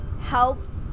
helps